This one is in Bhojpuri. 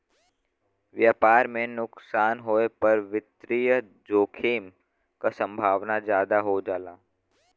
व्यापार में नुकसान होये पर वित्तीय जोखिम क संभावना जादा हो जाला